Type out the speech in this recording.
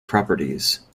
properties